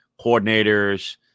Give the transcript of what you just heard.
coordinators